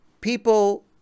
people